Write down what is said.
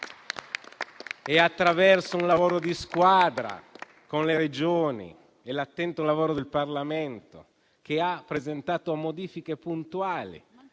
Attraverso un lavoro di squadra con le Regioni e l'attento lavoro del Parlamento la maggioranza ha presentato modifiche puntuali